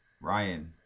Ryan